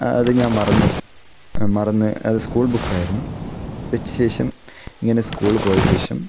അത് ഞാൻ മറന്നു മറന്ന് അത് സ്കൂൾ ബുക്കായിരുന്നു വെച്ച ശേഷം ഇങ്ങനെ സ്കൂൾ പോയ ശേഷം